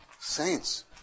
saints